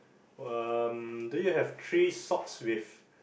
um do you have three socks with